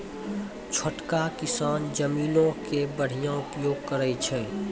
छोटका किसान जमीनो के बढ़िया उपयोग करै छै